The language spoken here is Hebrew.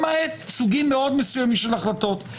למעט סוגים מאוד מסוימים של החלטות,